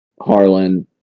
Harlan